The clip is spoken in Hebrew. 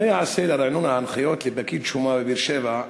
1. מה ייעשה לרענון ההנחיות לפקיד השומה בבאר-שבע,